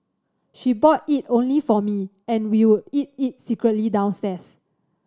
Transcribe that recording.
she bought it only for me and we would eat it secretly downstairs